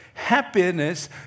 Happiness